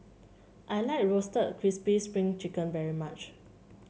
I like Roasted Crispy Spring Chicken very much